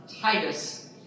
Titus